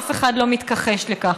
אף אחד לא מתכחש לכך.